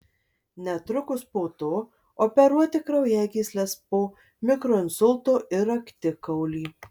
netrukus po to operuoti kraujagysles po mikroinsulto ir raktikaulį